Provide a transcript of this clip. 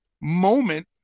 moment